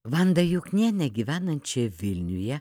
vanda juknienė gyvenančia vilniuje